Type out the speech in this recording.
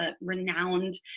renowned